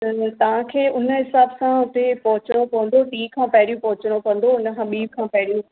माना तव्हांखे हुन हिसाबु सां हुते पहुचणो पवंदो टी खां पहिरियूं पहुचणो पवंदो हुन खां ॿीं खां पहिरियूं